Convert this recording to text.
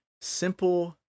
simple